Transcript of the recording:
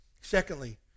Secondly